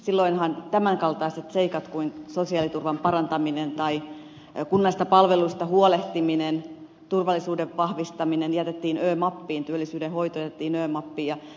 silloinhan tämän kaltaiset seikat kuin sosiaaliturvan parantaminen tai kunnallisista palveluista huolehtiminen turvallisuuden vahvistaminen jätettiin ö mappiin työllisyyden hoito jätettiin ö mappiin